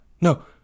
no